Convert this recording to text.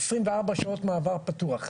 שעות מעבר פתוח.